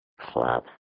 Club